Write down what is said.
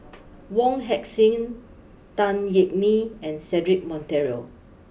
Wong Heck sing Tan Yeok Nee and Cedric Monteiro